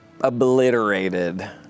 obliterated